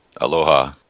Aloha